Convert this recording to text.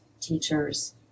teachers